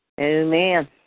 Amen